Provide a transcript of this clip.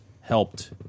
helped